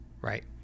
Right